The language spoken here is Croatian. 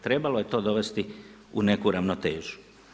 Trebalo je to dovesti u neku ravnotežu.